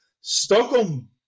Stockholm